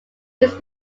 used